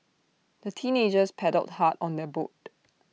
the teenagers paddled hard on their boat